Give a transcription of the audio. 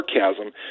sarcasm